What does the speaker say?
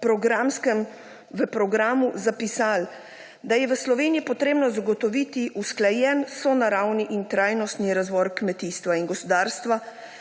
programu zapisali, da je v Sloveniji potrebno zagotoviti usklajen sonaravni in trajnostni razvoj kmetijstva in gozdarstva